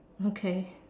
okay